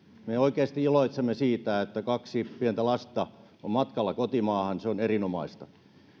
me oikeasti iloitsemme siitä että kaksi pientä lasta on matkalla kotimaahan se on erinomaista